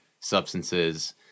substances